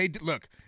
Look